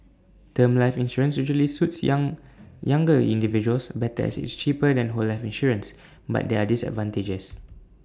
term life insurance usually suits young younger individuals better as IT is cheaper than whole life insurance but there're disadvantages